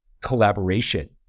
collaboration